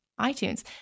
iTunes